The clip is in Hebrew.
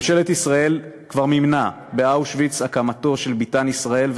ממשלת ישראל כבר מימנה באושוויץ הקמתו של ביתן ישראל,